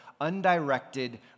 undirected